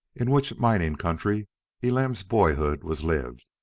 in which mining country elam's boyhood was lived.